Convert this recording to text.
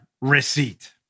receipt